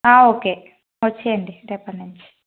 okay వచ్చేయండి రేపటి నుంచి